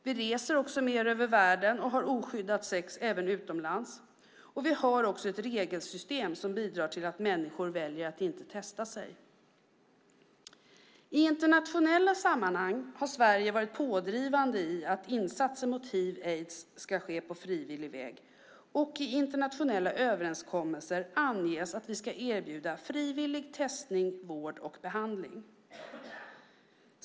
Vi reser mer över världen och har oskyddat sex även utomlands, och vi har ett regelsystem som bidrar till att människor väljer att inte testa sig. I internationella sammanhang har Sverige varit pådrivande i att insatser mot hiv/aids ska ske på frivillig väg. I internationella överenskommelser anges att vi ska erbjuda frivillig testning, vård och behandling.